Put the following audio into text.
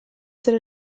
zer